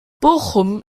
bochum